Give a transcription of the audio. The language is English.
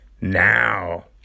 now